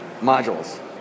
Modules